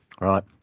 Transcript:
Right